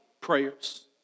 Prayers